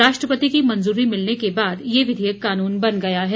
राष्ट्रपति की मंजूरी मिलने के बाद ये विधयेक कानून बन गया है